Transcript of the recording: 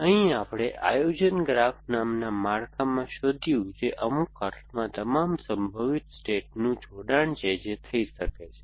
અહીં આપણે આયોજન ગ્રાફ નામના માળખામાં શોધ્યું જે અમુક અર્થમાં તમામ સંભવિત સ્ટેટનું જોડાણ છે જે થઈ શકે છે